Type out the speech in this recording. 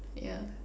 yeah